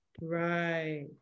Right